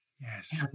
Yes